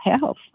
health